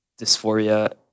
dysphoria